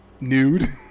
nude